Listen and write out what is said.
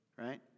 Right